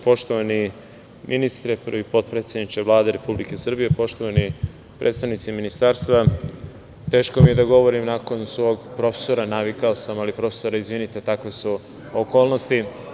Poštovani ministre, prvi potpredsedniče Vlade Republike Srbije, poštovani predstavnici Ministarstva, teško mi je da govorim nakon svog profesora, navikao sam, ali profesore, izvinite, takve su okolnosti.